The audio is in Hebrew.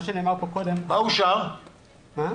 מה שנאמר קודם --- מה אושר עכשיו?